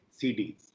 CDs